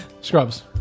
Scrubs